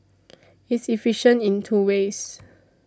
it's efficient in two ways